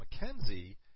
Mackenzie